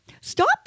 stop